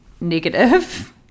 negative